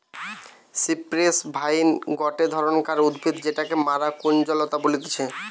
cypress vine গটে ধরণকার উদ্ভিদ যেটাকে মরা কুঞ্জলতা বলতিছে